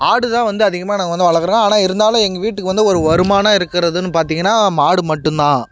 ஆடு தான் வந்து அதிகமாக நாங்கள் வந்து வளர்க்கிறோம் ஆனால் இருந்தாலும் எங்கள் வீட்டுக்கு வந்து ஒரு வருமானம் இருக்கிறதுன்னு பாத்தீங்கன்னா மாடு மட்டும்தான்